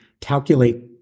calculate